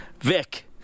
Vic